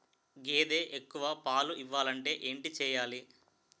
గేదె ఎక్కువ పాలు ఇవ్వాలంటే ఏంటి చెయాలి?